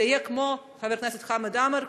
זה יהיה כמו חבר הכנסת חמד עמאר,